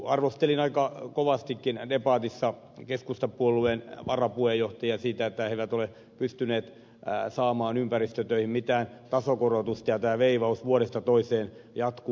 arvostelin aika kovastikin debatissa keskustapuolueen varapuheenjohtajia siitä että he eivät ole pystyneet saamaan ympäristötöihin mitään tasokorotusta ja tämä veivaus vuodesta jatkuu